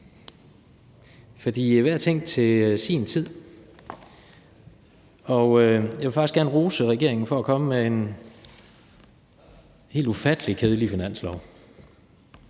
for hver ting til sin tid. Jeg vil faktisk gerne rose regeringen for at komme med en helt ufattelig kedelig finanslov.